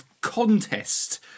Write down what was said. contest